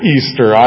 Easter